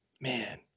Man